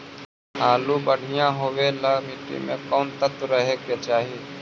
आलु बढ़िया होबे ल मट्टी में कोन तत्त्व रहे के चाही?